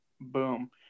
boom